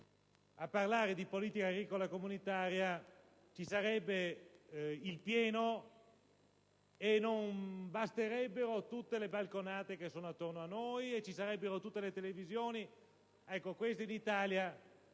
a parlare di politica agricola comune, ci sarebbe il pienone, non basterebbero tutte le balconate che sono attorno a noi e sarebbero presenti tutte le televisioni. Questo, in Italia